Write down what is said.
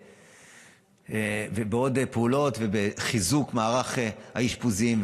ובעוד פעולות: חיזוק מערך האשפוזים,